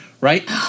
right